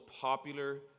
popular